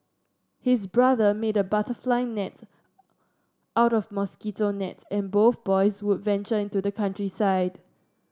his brother made a butterfly net out of mosquito net and both boys would venture into the countryside